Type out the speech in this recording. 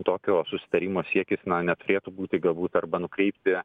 tokio susitarimo siekis na neturėtų būti galbūt arba nukreipti